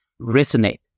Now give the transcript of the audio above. resonate